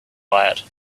quiet